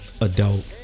adult